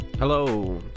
hello